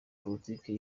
politiki